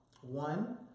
One